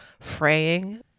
fraying